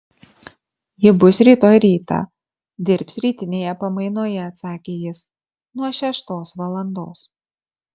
ji bus rytoj rytą dirbs rytinėje pamainoje atsakė jis nuo šeštos valandos